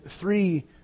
three